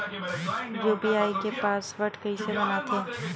UPI के password कइसे बनाथे?